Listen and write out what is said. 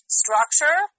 structure